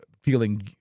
feeling